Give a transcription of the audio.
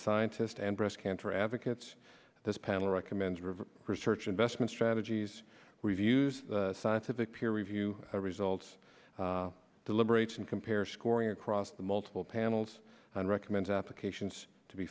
scientist and breast cancer advocates this panel recommends research investment strategies reviews scientific peer review results deliberates and compare scoring across the multiple panels and recommends applications to be